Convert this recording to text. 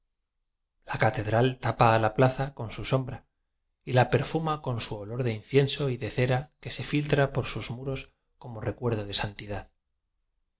la catedral tapa a la plaza con su som bra y la perfuma con su olor de incienso y de cera que se filtra por sus muros como recuerdo de santidad